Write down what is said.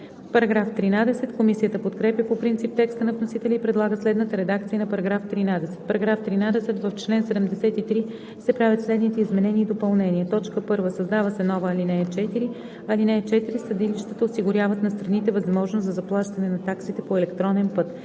път.“ Комисията подкрепя по принцип текста на вносителя и предлага следната редакция на § 13: „§ 13. В чл. 73 се правят следните изменения и допълнения: 1. Създава се нова ал. 4: „(4) Съдилищата осигуряват на страните възможност за заплащане на таксите по електронен път.